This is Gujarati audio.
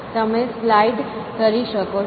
તમે સ્લાઇડ કરી શકો છો